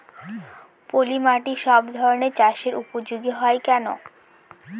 পলিমাটি সব ধরনের চাষের উপযোগী হয় কেন?